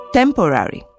temporary